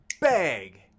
BAG